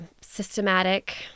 systematic